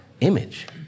image